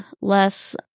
less